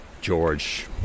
George